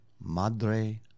Madre